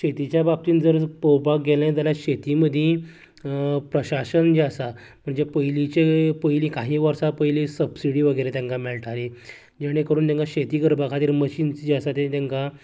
शेतीच्या बाबतींत जर पळोवपाक गेले जाल्यार शेती मदीं प्रशासन जे आसा म्हणजे पयलीचें पयली काही वर्सां पयलीं सप्सिडी वगैरे तेंकां मेळटाली जेणे करून तेंकां शेती करपा खातीर मशीन्स जी आसात ती तेंकां